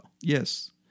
Yes